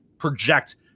project